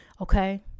Okay